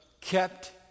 kept